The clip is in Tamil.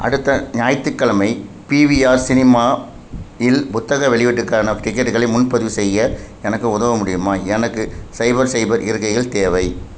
அடுத்த ஞாயித்துக்கெழமை பிவிஆர் சினிமா இல் புத்தக வெளியீட்டுக்கான டிக்கெட்டுகளை முன்பதிவு செய்ய எனக்கு உதவ முடியுமா எனக்கு சைபர் சைபர் இருக்கைகள் தேவை